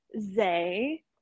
Zay